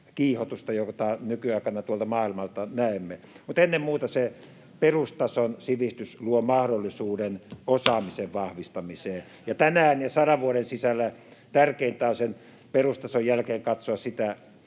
kiihotusta, jota nykyaikana tuolla maailmalla näemme. Ennen muuta se perustason sivistys luo mahdollisuuden osaamisen vahvistamiseen, ja tänään ja sadan vuoden sisällä tärkeintä on sen perustason jälkeen katsoa, että